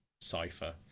cipher